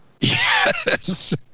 Yes